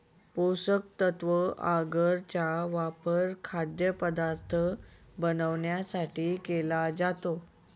पोषकतत्व आगर चा वापर खाद्यपदार्थ बनवण्यासाठी केला जातो